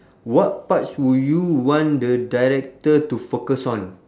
what parts would you want the director to focus on